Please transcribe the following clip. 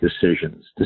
decisions